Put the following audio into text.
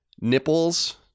Nipples